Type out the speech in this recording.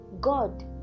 God